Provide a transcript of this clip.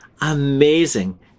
amazing